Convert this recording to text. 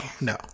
no